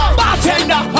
bartender